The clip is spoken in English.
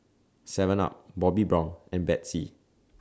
Seven up Bobbi Brown and Betsy